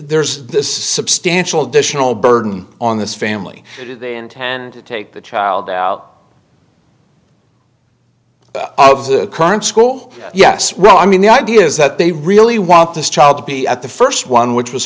there's this substantial dish no burden on this family they intend to take the child out of the crime school yes well i mean the idea is that they really want this child to be at the st one which was